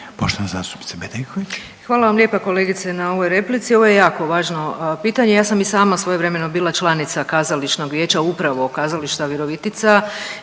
**Bedeković, Vesna (HDZ)** Hvala vam lijepa kolegice na ovoj replici, ovo je jako važno pitanje. Ja sam i sama svojevremeno bila članica kazališnog vijeća upravo Kazališta Virovitica